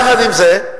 יחד עם זאת,